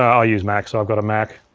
i use mac so i've got a mac.